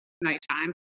nighttime